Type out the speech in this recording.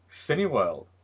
Cineworld